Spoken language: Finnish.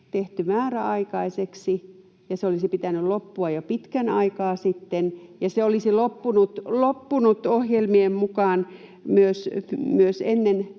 tehty määräaikaiseksi ja sen olisi pitänyt loppua jo pitkän aikaa sitten. Se olisi loppunut ohjelmien mukaan myös ennen